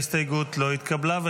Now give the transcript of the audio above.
ההסתייגות לא התקבלה.